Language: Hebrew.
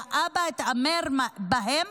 והאבא התעמר בהם